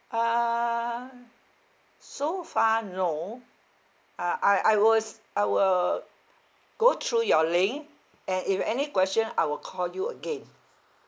uh so far no uh I I was I will go through your link and if any question I will call you again